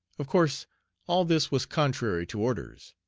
of course all this was contrary to orders.